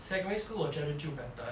secondary school 我觉得就 better liao